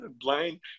blind